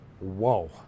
Whoa